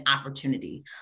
opportunity